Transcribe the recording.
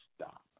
stop